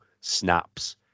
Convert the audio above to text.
snaps